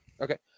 okay